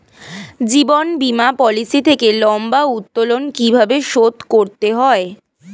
জীবন বীমা পলিসি থেকে লম্বা উত্তোলন কিভাবে শোধ করতে হয়?